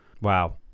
wow